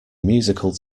musical